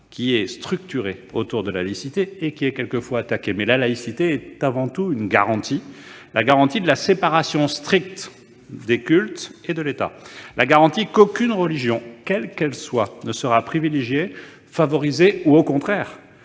qui est structuré autour de la laïcité et qui est parfois attaqué. La laïcité est donc avant tout une garantie : la garantie de la séparation stricte des cultes et de l'État. C'est la garantie qu'aucune religion, quelle qu'elle soit, ne sera privilégiée, favorisée ou, au contraire,